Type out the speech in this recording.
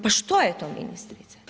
Pa što je to ministrice?